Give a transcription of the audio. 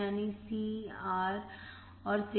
यानी C R और Signal